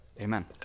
Amen